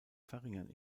verringern